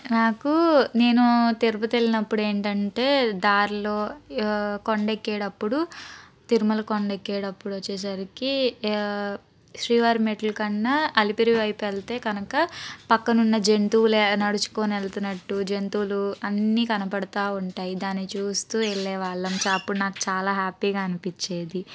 నాకు నేను తిరుపతి వెళ్ళినప్పుడు ఏంటంటే దారిలో కొండ ఎక్కేటప్పుడు తిరుమల కొండ ఎక్కేటప్పుడు వచ్చేసరికి శ్రీవారి మెట్లు కన్నా అలిపిరి వైపు వెళ్తే కనుక పక్కనున్న జంతువులు నడుచుకొని వెళ్తున్నట్టు జంతువులు అన్నీ కనపడుతా ఉంటాయి దాని చూస్తూ వెళ్ళే వాళ్ళం అప్పుడు నాకు చాలా హ్యాపీగా అనిపించేది